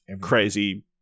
crazy